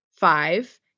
five